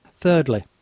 Thirdly